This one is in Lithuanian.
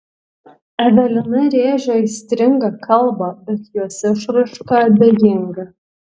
evelina rėžia aistringą kalbą bet jos išraiška abejinga